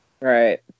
Right